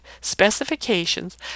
specifications